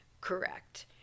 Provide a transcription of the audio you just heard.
Correct